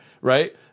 Right